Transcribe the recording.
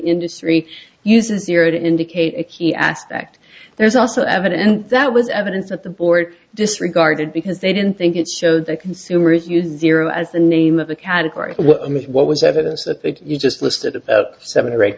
industry uses zero to indicate a key aspect there's also evidence that was evidence at the board disregarded because they didn't think it showed that consumers use ear as the name of a category what was evidence that they just listed about seven or eight